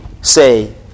say